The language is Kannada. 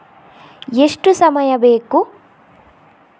ಎಷ್ಟು ಸಮಯ ಬೇಕು?